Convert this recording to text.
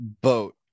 boat